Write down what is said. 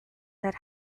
that